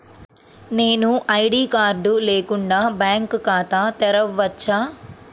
నేను ID card లేకుండా bank ఖాతా తెరవచ్చా?